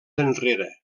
enrere